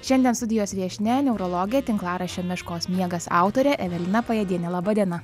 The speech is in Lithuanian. šiandien studijos viešnia neurologė tinklaraščio meškos miegas autorė evelina pajėdienė laba diena